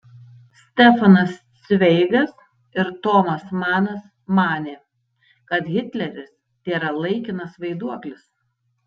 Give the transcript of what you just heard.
stefanas cveigas ir tomas manas manė kad hitleris tėra laikinas vaiduoklis